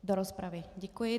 Do rozpravy, děkuji.